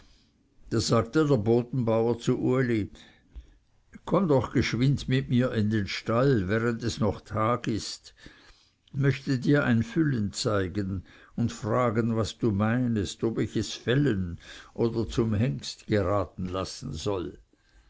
da sagte der bodenbauer zu uli komm doch geschwind mit mir in den stall während es noch tag ist möchte dir ein füllen zeigen und fragen was du meinest ob ich es fällen oder zum hengst geraten lassen soll